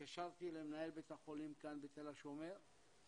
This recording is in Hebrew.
התקשרתי למנהל בית החולים כאן בתל השומר,